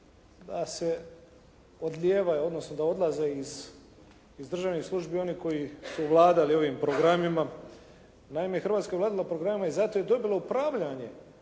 da se odlijeva, odnosno da odlaze iz državnih službi oni koji su vladali ovim programima. Naime, Hrvatska je vladala programima i zato je dobila upravljanje